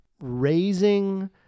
raising